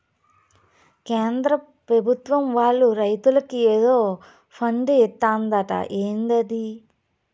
కేంద్ర పెభుత్వం వాళ్ళు రైతులకి ఏదో ఫండు ఇత్తందట ఏందది